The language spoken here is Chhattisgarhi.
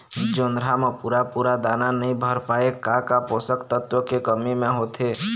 जोंधरा म पूरा पूरा दाना नई भर पाए का का पोषक तत्व के कमी मे होथे?